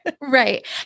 right